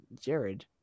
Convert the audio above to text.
Jared